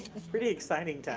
it's pretty exciting to us.